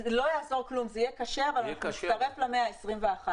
לא יעזור כלום זה יהיה קשה אבל נצטרף למאה ה-21.